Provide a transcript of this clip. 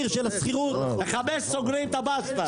בחמש סוגרים את הבאסטה.